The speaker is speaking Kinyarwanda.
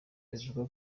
ivuga